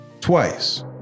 twice